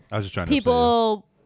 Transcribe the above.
people –